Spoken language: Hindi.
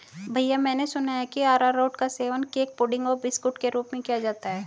भैया मैंने सुना है कि अरारोट का सेवन केक पुडिंग और बिस्कुट के रूप में किया जाता है